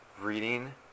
reading